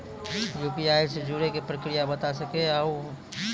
UPI से जुड़े के प्रक्रिया बता सके आलू है?